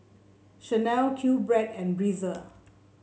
Chanel Q Bread and Breezer